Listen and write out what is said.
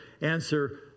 answer